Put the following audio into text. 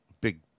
big